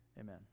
Amen